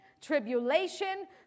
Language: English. tribulation